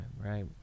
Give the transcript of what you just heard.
right